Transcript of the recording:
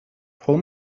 pull